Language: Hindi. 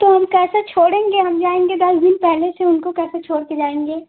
तो हम कैसे छोड़ेंगे हम जाएँगे दस दिन पहले से उनको कैसे छोड़ के जाएँगे